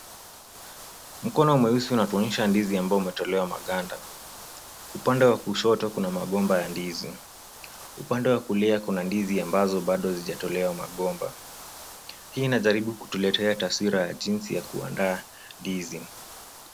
Mkono mweusi unatuonyesha ndizi ambao umetolewa maganda. Upande wa kushoto kuna magomba ya ndizi, upande wa kulia kuna ndizi ambazo bado hazijatolewa magomba. Hii inajaribu kutuletea taswira ya jinsi ya kuandaa ndizi.